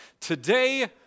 today